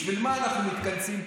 בשביל מה אנחנו מתכנסים פה?